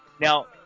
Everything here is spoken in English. Now